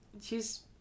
she's-